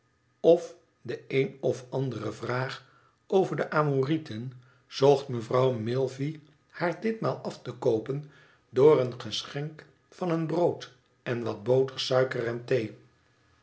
of de een of andere vraag over de amorieten zocht mevrouw milvey haar ditmaal af te koopen door een geschenk van een brood en wat boter suikeren thee